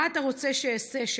מה אתה רוצה שאעשה?